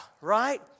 right